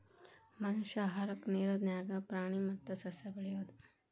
ಮನಷ್ಯಾ ಆಹಾರಕ್ಕಾ ನೇರ ನ್ಯಾಗ ಪ್ರಾಣಿ ಮತ್ತ ಸಸ್ಯಾ ಬೆಳಿಯುದು